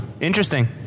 Interesting